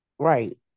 right